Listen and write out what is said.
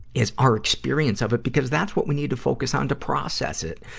is our experience of it. because that's what we need to focus on to process it.